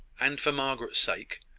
and for margaret's sake,